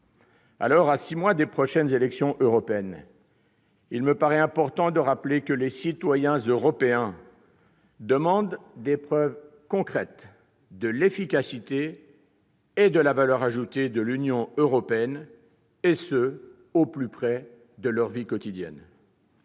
À six mois des prochaines élections européennes, il me paraît important de rappeler que les citoyens européens demandent des preuves concrètes de l'efficacité et de la valeur ajoutée de l'Union européenne, et ce au plus près de leur vie quotidienne.